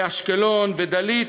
"אשקלון" ו"דלית",